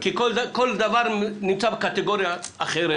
כי כל דבר נמצא בקטגוריה אחרת.